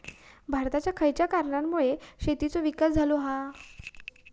भारतात खयच्या कारणांमुळे शेतीचो विकास झालो हा?